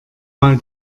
mal